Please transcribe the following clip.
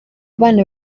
bana